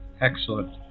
Excellent